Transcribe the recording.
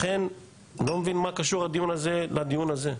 לכן אני לא מבין מה קשור הדיון הזה לדיון הזה.